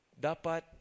Dapat